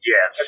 Yes